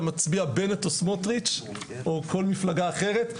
מצביע בנט או סמוטריץ' או כל מפלגה אחרת,